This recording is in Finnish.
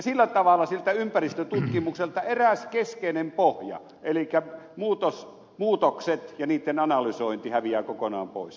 sillä tavalla siltä ympäristötutkimukselta eräs keskeinen pohja elikkä muutokset ja niitten analysointi häviää kokonaan pois